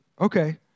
okay